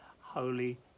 Holy